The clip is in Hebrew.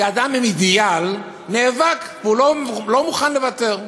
כי אדם עם אידיאל, נאבק, הוא לא מוכן לוותר.